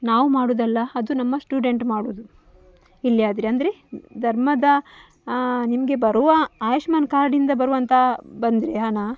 ನಾವು ಮಾಡುವುದಲ್ಲ ಅದು ನಮ್ಮ ಸ್ಟೂಡೆಂಟ್ ಮಾಡುವುದು ಇಲ್ಲಿಯಾದ್ರೇ ಅಂದರೆ ಧರ್ಮದ ನಿಮಗೆ ಬರುವ ಆಯುಷ್ಮಾನ್ ಕಾರ್ಡಿಂದ ಬರುವಂಥ ಬಂದರೆ ಹಣ